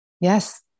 Yes